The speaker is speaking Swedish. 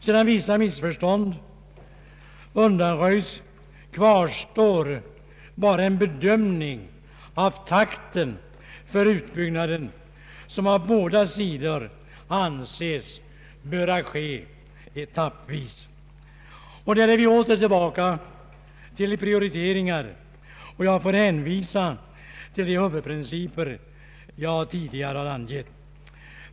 Sedan vissa missförstånd undanröjts kvarstår bara en bedömning av takten för utbyggnaden som av båda sidor anses böra ske etappvis. Där är vi åter tillbaka till prioriteringar, och jag får hänvisa till de principer jag tidigare angivit.